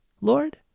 Lord